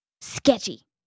Sketchy